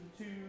two